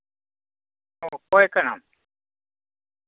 ᱚᱠᱚᱭ ᱠᱟᱱᱟᱢ